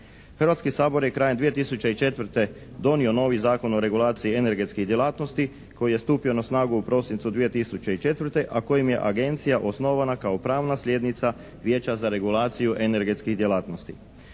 Hrvatski sabor je krajem 2004. donio novi Zakon o regulaciji energetskih djelatnosti koji je stupio na snagu u prosincu 2004., a kojim je Agencija osnovana kao pravna sljednica Vijeća za regulaciju energetskih djelatnosti.